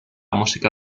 música